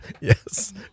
yes